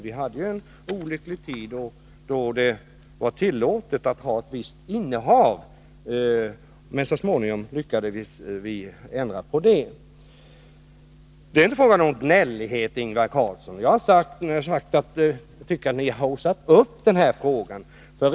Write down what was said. Vi hade ju en olycklig tid då det var tillåtet att inneha en viss mängd, men så småningom lyckades vi ändra på detta. Det är inte fråga om gnällighet, Ingvar Carlsson. Jag har sagt att jag tycker att ni har haussat upp den här frågan.